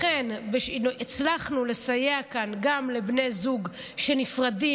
לכן הצלחנו לסייע כאן גם לבני זוג שנפרדים,